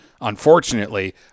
unfortunately